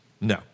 No